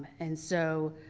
and so